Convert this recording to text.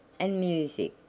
and music,